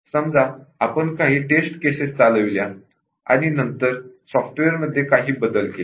समजा आपण काही टेस्ट केसेस एक्झिक्युट करतो आणि नंतर सॉफ्टवेअरमध्ये काही बदल केले